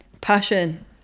Passion